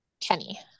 Kenny